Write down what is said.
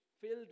filled